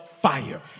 fire